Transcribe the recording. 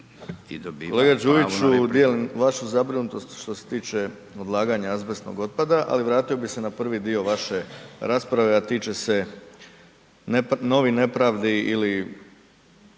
Kolega Đujiću dijelim vašu zabrinutost što se tiče odlaganja azbestnog otpada ali vratio bih se na prvi dio vaše rasprave a tiče se novih nepravdi ili